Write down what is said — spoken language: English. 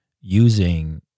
using